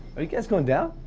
are you guys going down?